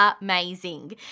amazing